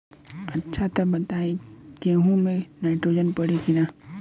अच्छा त ई बताईं गेहूँ मे नाइट्रोजन पड़ी कि ना?